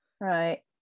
Right